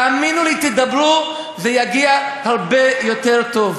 תאמינו לי, תדברו, זה יגיע הרבה יותר טוב.